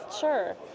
Sure